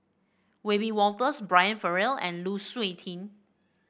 Wiebe Wolters Brian Farrell and Lu Suitin